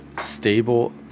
stable